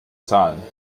zahlen